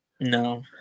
No